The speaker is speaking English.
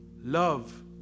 love